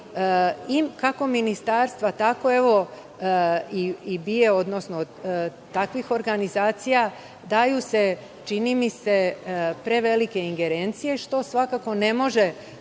kako ministarstva, tako i BIA, odnosno takvih organizacija daju se čini mi se prevelike ingerencije, što svakako ne može